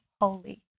holy